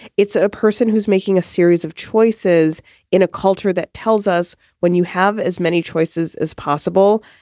it's a person who's making a series of choices in a culture that tells us when you have as many choices as possible.